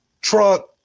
truck